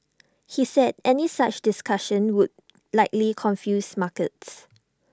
he said any such discussions would likely confuse markets